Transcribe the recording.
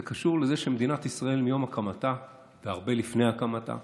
זה קשור לזה שמדינת ישראל מיום הקמתה והרבה לפני הקמתה